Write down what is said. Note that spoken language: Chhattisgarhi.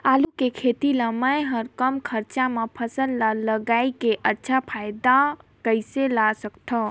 आलू के खेती ला मै ह कम खरचा मा फसल ला लगई के अच्छा फायदा कइसे ला सकथव?